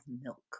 milk